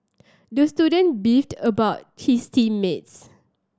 the student beefed about his team mates